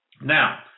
Now